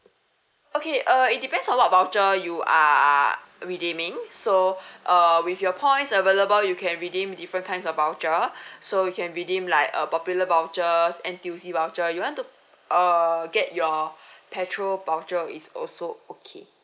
okay uh it depends on what voucher you are redeeming so err with your points available you can redeem different kinds of voucher so you can redeem like uh popular vouchers N_T_U_C voucher you want to err get your petrol voucher is also okay